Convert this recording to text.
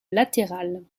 latérales